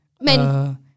men